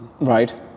Right